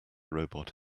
robot